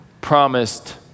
promised